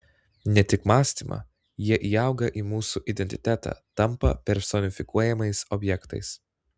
ne tik mąstymą jie įauga į mūsų identitetą tampa personifikuojamais objektais